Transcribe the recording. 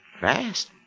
fast